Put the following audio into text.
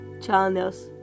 channels